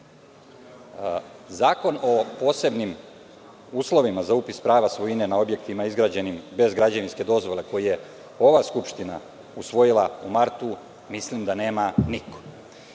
o posebnim uslovima za upis prava svojine na objektima izgrađenim bez građevinske dozvole, koji je ova skupština usvojila u martu, mislim da nema niko.